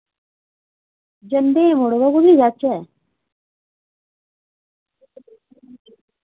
जंदे हे मड़ो बा कि'यां जाचै